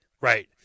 right